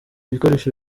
ibikoresho